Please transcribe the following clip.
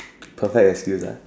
perfect excuse ah